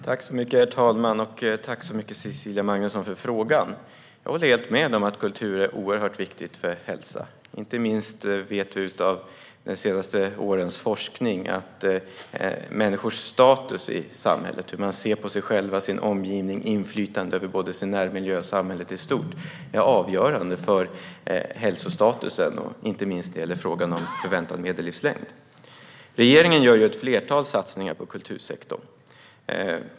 Herr talman! Tack för frågan, Cecilia Magnusson! Jag håller helt med om att kultur är något oerhört viktigt för hälsan. Inte minst vet vi från senare års forskning att människors status i samhället - hur man ser på sig själv och omgivningen samt inflytande över både närmiljön och samhället i stort - är avgörande för hälsostatusen. Detta gäller inte minst i fråga om förväntad medellivslängd. Regeringen gör ett flertal satsningar på kultursektorn.